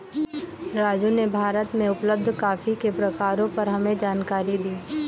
राजू ने भारत में उपलब्ध कॉफी के प्रकारों पर हमें जानकारी दी